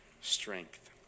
strength